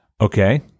Okay